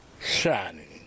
shining